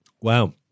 Wow